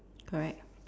correct